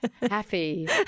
Happy